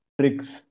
tricks